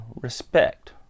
respect